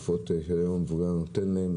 והוא היה נותן להם,